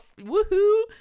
Woohoo